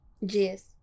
Yes